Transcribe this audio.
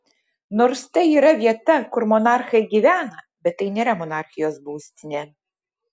nors tai yra vieta kur monarchai gyvena bet tai nėra monarchijos būstinė